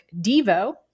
Devo